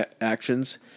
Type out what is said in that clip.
actions